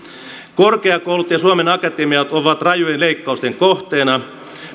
korkeakoulut ja suomen akatemia ovat rajujen leikkausten kohteena